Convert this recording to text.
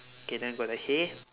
K then got the hay